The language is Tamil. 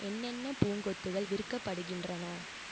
என்னென்ன பூங்கொத்துகள் விற்கப்படுகின்றன